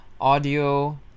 audio